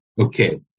Okay